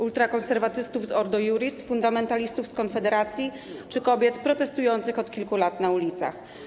Ultrakonserwatystów z Ordo Iuris, fundamentalistów z Konfederacji czy kobiet protestujących od kilku lat na ulicach?